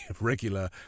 regular